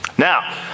Now